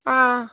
ஆ